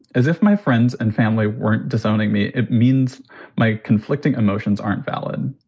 as if my friends and family weren't disowning me. it means my conflicting emotions aren't valid.